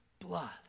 blood